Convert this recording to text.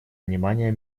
внимания